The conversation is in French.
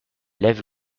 lève